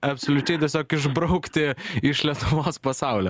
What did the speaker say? absoliučiai tiesiog išbraukti iš lietuvos pasaulio